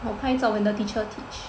我拍照 when the teacher teach